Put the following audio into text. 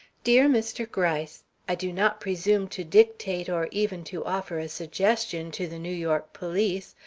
dear mr. gryce i do not presume to dictate or even to offer a suggestion to the new york police,